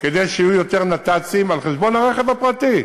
כדי שיהיו יותר נת"צים, על חשבון הרכב הפרטי.